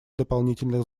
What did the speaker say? дополнительных